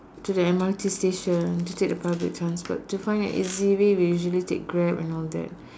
to the M_R_T station to take the public transport to find easily we usually take Grab and all that